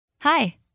Hi